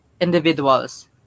individuals